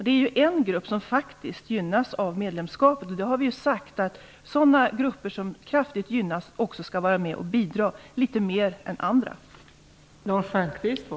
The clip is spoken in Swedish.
Det är en grupp som faktiskt gynnas av medlemskapet. Vi har sagt att de grupper som kraftigt gynnas också skall vara med och bidra litet mer än andra.